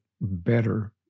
better